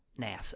NASA